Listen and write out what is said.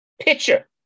pitcher